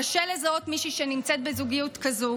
קשה לזהות מישהי שנמצאת בזוגיות כזו,